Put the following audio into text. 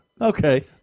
Okay